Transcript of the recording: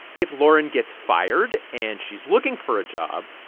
if lauren gets fired and she's looking for a job,